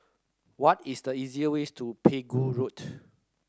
what is the easier ways to Pegu Road